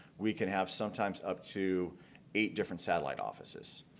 we can have sometimes up to a different satellite offices.